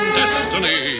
destiny